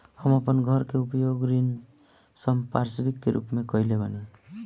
हम अपन घर के उपयोग ऋण संपार्श्विक के रूप में कईले बानी